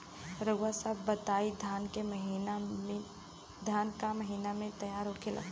रउआ सभ बताई धान क महीना में तैयार होखेला?